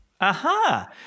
Aha